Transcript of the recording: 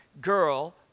girl